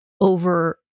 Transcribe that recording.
over